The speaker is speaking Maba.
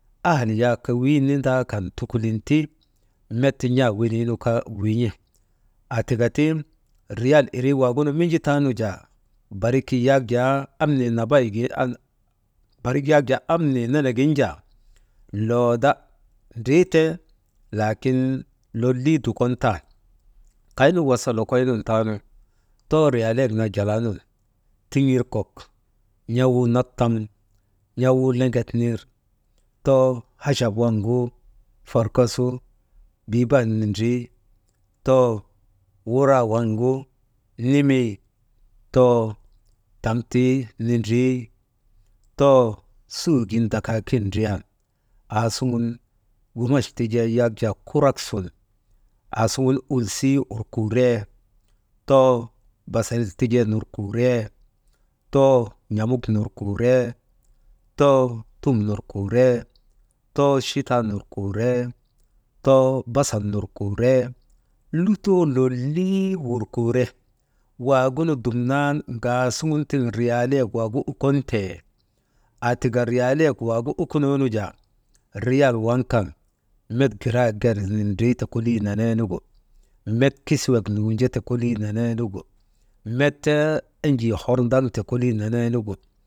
Ahal wenii yak wii nindan kan tukulin ti met n̰aa wenin kaa win̰I, aatika ti riyal irii waagunu Minji taanu jaa «hesitation» barik yak jaa amnii nenegin jaa, loode ndriite, laakin lolii dukon tan, kaynu wasa lokoy nun taanu too riyalayeek naa jalaa nun tiŋir kok n̰awuu nattan n̰awuu liŋet nir, too hachap waŋgu forko su biiban nindrii, too wuraa waŋgu nimii, too taŋtii nindrii, too sugin dakaakin ndriyan aasuŋun gumach tijee yak jaa kurak sun aasuŋ ulsii urkuu ree, too basal tijee nurkuuree, too n̰amuk nurkuuree, too tum nurkuuree, too chitaa nurkuuree, too basal nur kuuree, lutoo lolii wurkure, waagunu dumnanu ŋaasuŋun tiŋ riyalaayek waagu ukon tee aatika riyaleeyek waagu wukunoo nu jaa, riyal waŋ kan met giraa ger nindriite kolii neneenugu, met kisiwet nuujete kolii neneenugu, met te enjii hor naŋte kolii nenee nugu.